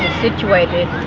situated